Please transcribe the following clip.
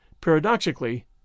Paradoxically